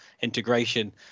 integration